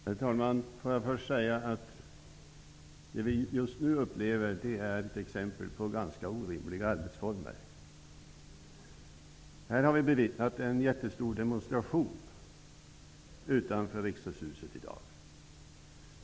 Herr talman! Låt mig först säga att det vi just nu upplever är ett exempel på ganska orimliga arbetsformer. Vi har bevittnat en jättestor demonstration utanför Riksdagshuset i dag.